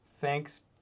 Thanks